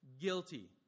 guilty